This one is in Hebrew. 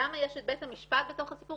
למה יש את בית המשפט בתוך הסיפור?